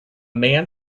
man